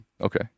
Okay